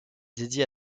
dédiée